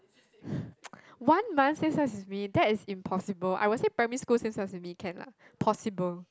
one month same sex as me that is impossible I will say primary school same sex as me can lah possible